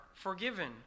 forgiven